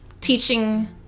teaching